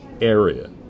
area